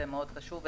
זה מאוד חשוב.